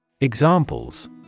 Examples